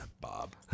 Bob